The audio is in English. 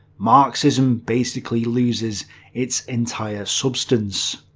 marxism basically loses its entire substance.